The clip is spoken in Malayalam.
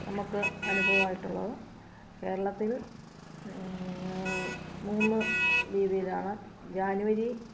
നമുക്ക് അനുഭവമായിട്ടുള്ളത് കേരളത്തിൽ മൂന്ന് രീതിയിലാണ് ജാനുവരി